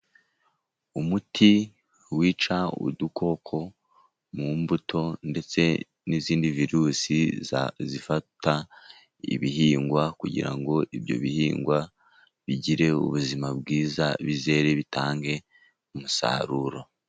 Umuti wica udukoko mu mbuto ndetse n'izindi virusi zifata ibihingwa, kugira ngo ibyo bihingwa bigire ubuzima bwiza, bizere bitange umusaruro